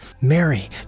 Mary